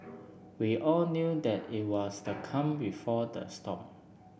we all knew that it was the calm before the storm